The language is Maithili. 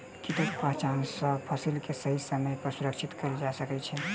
कीटक पहचान सॅ फसिल के सही समय पर सुरक्षित कयल जा सकै छै